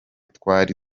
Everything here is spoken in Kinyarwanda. twari